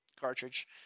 cartridge